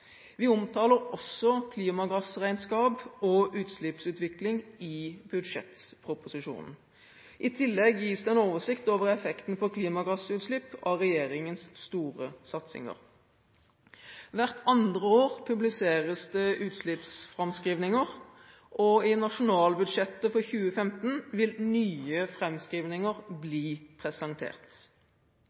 Vi omtaler også klimagassregnskap og utslippsutvikling i budsjettproposisjonen. I tillegg gis det en oversikt over effekten på klimagassutslipp av regjeringens store satsinger. Hvert andre år publiseres det utslippsframskrivninger, og i nasjonalbudsjettet for 2015 vil nye framskrivninger bli presentert.